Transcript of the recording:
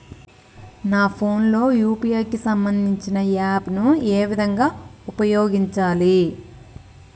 నా ఫోన్ లో యూ.పీ.ఐ కి సంబందించిన యాప్ ను ఏ విధంగా ఉపయోగించాలి?